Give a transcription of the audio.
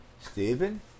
Stephen